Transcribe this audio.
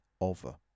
over